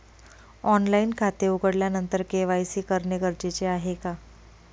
Online खाते उघडल्यानंतर KYC करणे गरजेचे आहे का?